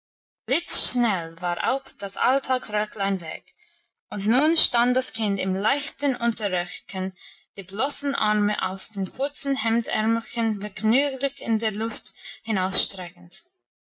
blitzschnell war auch das alltagsröcklein weg und nun stand das kind im leichten unterröckchen die bloßen arme aus den kurzen hemdärmelchen vergnüglich in die luft